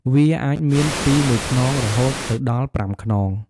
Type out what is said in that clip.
វាអាចមានពីមួយខ្នងរហូតទៅដល់ប្រាំខ្នង។